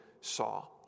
saw